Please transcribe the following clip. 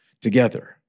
together